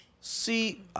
see